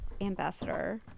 Ambassador